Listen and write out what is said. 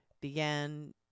began